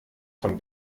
von